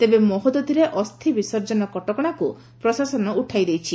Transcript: ତେବେ ମହୋଦଧିରେ ଅସ୍ଥି ବିସର୍ଜନ କଟକଶାକୁ ପ୍ରଶାସନ ଉଠାଇ ଦେଇଛି